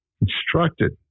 instructed